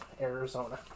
Arizona